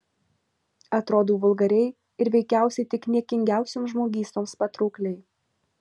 atrodau vulgariai ir veikiausiai tik niekingiausioms žmogystoms patraukliai